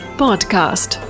podcast